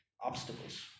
obstacles